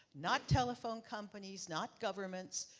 not telephone companies, not governments,